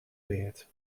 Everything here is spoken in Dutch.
weerd